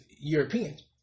Europeans